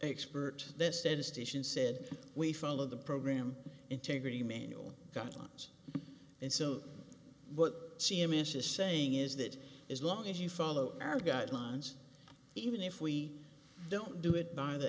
expert this statistician said we follow the program integrity manual got lines and so what she emissions saying is that as long as you follow our guidelines even if we don't do it by the